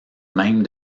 même